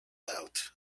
out